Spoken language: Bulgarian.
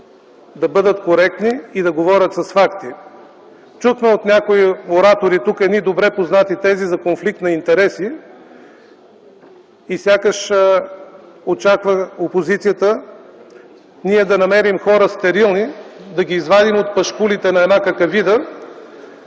да бъдат коректни и да говорят с факти. Чухме от някои оратори тук едни добре познати тези за конфликт на интереси и сякаш опозицията очаква ние да намерим стерилни хора, да ги извадим от пашкулите на една какавида